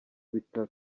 bitaro